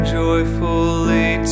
joyfully